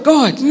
God